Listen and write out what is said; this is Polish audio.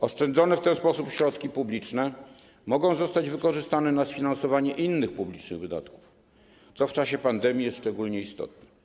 Oszczędzone w ten sposób środki publiczne mogą zostać wykorzystane na sfinansowanie innych publicznych wydatków, co w czasie pandemii jest szczególnie istotne.